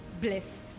blessed